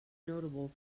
notable